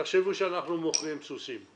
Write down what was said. כך הן מבקשות היום את המידע וזה בסדר.